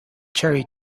cherry